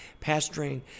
pastoring